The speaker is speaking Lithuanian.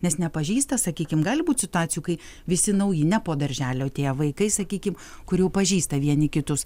nes nepažįsta sakykim gali būt situacijų kai visi nauji ne po darželio atėję vaikai sakykim kur jau pažįsta vieni kitus